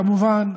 כמובן,